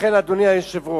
לכן, אדוני היושב-ראש,